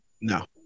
no